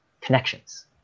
connections